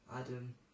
Adam